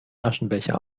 aschenbecher